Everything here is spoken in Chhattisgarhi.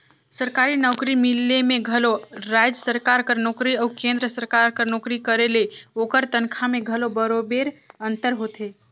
सरकारी नउकरी मिले में घलो राएज सरकार कर नोकरी अउ केन्द्र सरकार कर नोकरी करे ले ओकर तनखा में घलो बरोबेर अंतर होथे